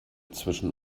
zwischen